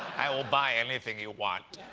i will buy anything you want.